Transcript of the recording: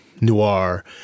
noir